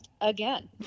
again